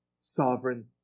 sovereign